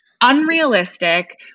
unrealistic